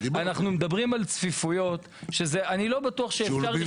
אנחנו מדברים על צפיפויות שאני לא בטוח שאפשר לחיות ככה.